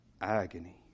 agony